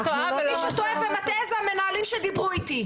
מי שטועה ומטעה זה המנהלים שדיברו איתי.